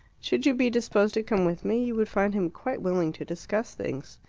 should you be disposed to come with me, you would find him quite willing to discuss things.